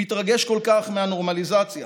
מתרגש כל כך מהנורמליזציה,